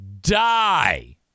die